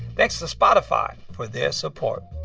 thanks to spotify for their support.